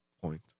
point